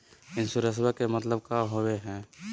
इंसोरेंसेबा के मतलब की होवे है?